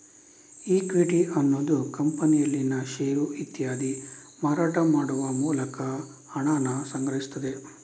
equity ಅನ್ನುದು ಕಂಪನಿಯಲ್ಲಿನ ಷೇರು ಇತ್ಯಾದಿ ಮಾರಾಟ ಮಾಡುವ ಮೂಲಕ ಹಣಾನ ಸಂಗ್ರಹಿಸ್ತದೆ